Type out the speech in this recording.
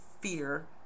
fear